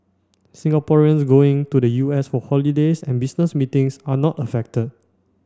Singaporeans going to the U S for holidays and business meetings are not affected